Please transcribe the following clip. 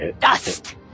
Dust